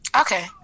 Okay